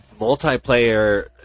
multiplayer